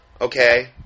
Okay